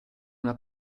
una